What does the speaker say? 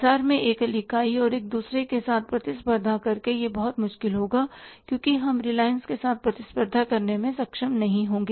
बाजार में एकल इकाई और एक दूसरे के साथ प्रतिस्पर्धा करके यह बहुत मुश्किल होगा क्योंकि हम रिलायंस के साथ प्रतिस्पर्धा करने में सक्षम नहीं होंगे